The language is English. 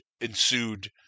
ensued